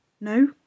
no